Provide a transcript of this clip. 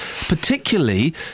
particularly